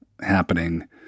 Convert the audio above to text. happening